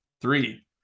three